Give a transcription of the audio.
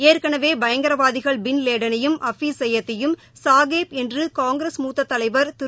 ஏற்கனவே பயங்கரவாதிகள் பின்லேடனையும் அஃபீஸ் சையதையும் சாகேஃப் என்று காங்கிரஸ் மூத்த தலைவர் திரு